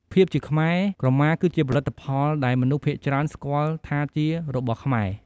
ភាពជាខ្មែរ ក្រមាគឺជាផលិតផលដែលមនុស្សភាគច្រើនស្គាល់ថាជា "របស់ខ្មែរ"។